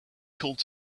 called